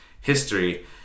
history